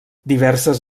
diverses